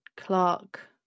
Clark